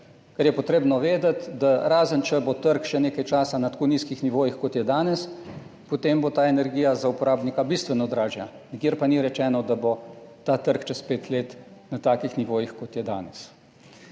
Ker je potrebno vedeti, da razen če bo trg še nekaj časa na tako nizkih nivojih, kot je danes, potem bo ta energija za uporabnika bistveno dražja, nikjer pa ni rečeno, da bo ta trg čez pet let na takih nivojih, kot je danes.